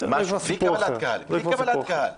משהו מהמשרד שלו, אני לא מדבר על קבלת קהל.